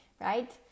Right